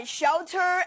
shelter